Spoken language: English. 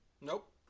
Nope